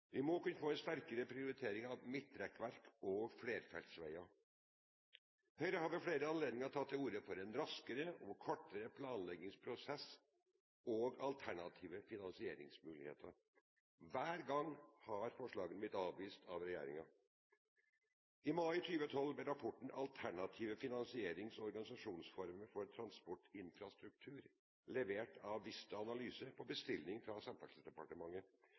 Vi må kunne få en sterkere prioritering av midtrekkverk og flerfeltsveier. Høyre har ved flere anledninger tatt til orde for en raskere og kortere planleggingsprosess og alternative finansieringsmuligheter. Hver gang har forslagene blitt avvist av regjeringen. I mai 2012 ble rapporten Alternative finansierings- og organiseringsformer for transportinfrastruktur levert av Vista Analyse på bestilling fra Samferdselsdepartementet.